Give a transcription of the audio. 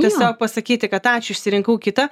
tiesiog pasakyti kad ačiū išsirinkau kitą